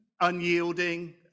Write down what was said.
unyielding